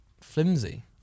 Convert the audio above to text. flimsy